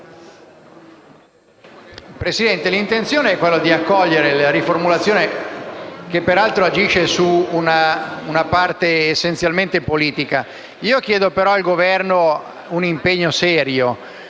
Presidente, l'intenzione è quella di accogliere la proposta di riformulazione, che peraltro agisce su una parte essenzialmente politica. Chiedo però al Governo di assumersi un impegno serio.